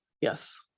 yes